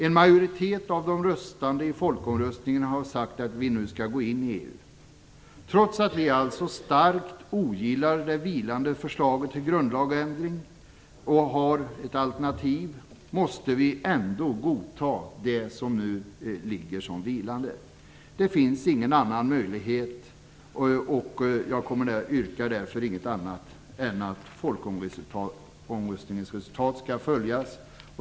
En majoritet av de röstande i folkomröstningen har sagt att vi nu skall gå in i EU. Trots att vi alltså starkt ogillar det vilande förslaget till grundlagsändring och har ett alternativ, måste vi nu godta det. Det finns inte någon annan möjlighet. Jag yrkar därför inget annat än att folkomröstningens resultat skall följas.